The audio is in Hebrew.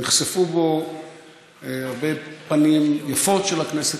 נחשפו בו הרבה פנים יפות של הכנסת,